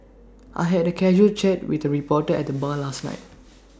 I had A casual chat with A reporter at the bar last night